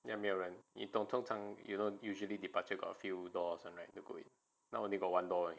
没有人你懂通常 you know usually departure got a few doors to go in now only got one door only